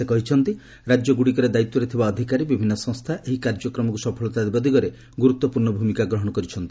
ସେ କହିଛନ୍ତି ରାଜ୍ୟଗୁଡ଼ିକରେ ଦାୟିତ୍ୱରେ ଥିବା ଅଧିକାରୀ ବିଭିନ୍ନ ସଂସ୍ଥା ଏହି କାର୍ଯ୍ୟକ୍ରମକୁ ସଫଳତା ଦେବା ଦିଗରେ ଗୁରୁତ୍ୱପୂର୍ଣ୍ଣ ଭୂମିକା ଗ୍ରହଣ କରିଛନ୍ତି